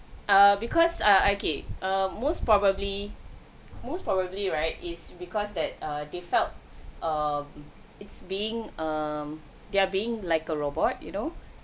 err because err okay err most probably most probably right is because that err they felt err it's being um they're being like a robot you know